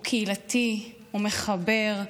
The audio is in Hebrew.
הוא קהילתי, הוא מחבר,